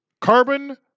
carbon